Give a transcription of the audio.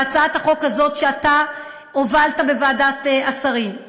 בהצעת החוק הזאת שאתה הובלת בוועדת השרים,